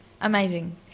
amazing